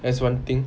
that's one thing